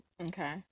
Okay